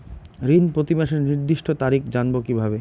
ঋণ প্রতিমাসের নির্দিষ্ট তারিখ জানবো কিভাবে?